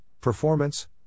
performance